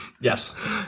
Yes